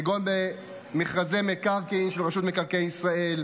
כגון במכרזי מקרקעין של רשות מקרקעי ישראל,